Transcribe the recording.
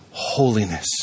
holiness